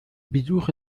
besuche